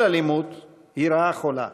כל אלימות היא רעה חולה.